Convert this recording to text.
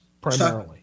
primarily